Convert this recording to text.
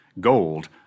Gold